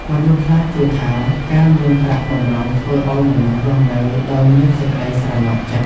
មនុស្សខ្លះជឿថា ការមានប្រាក់បម្រុងធ្វើឱ្យមនុស្សរស់នៅដោយមានសេចក្តីស្រណុកចិត្ត។